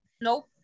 Nope